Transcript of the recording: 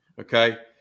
Okay